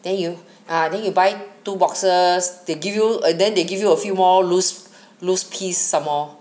then you ah then you buy two boxes they give you a then they give you a few more loose loose piece some more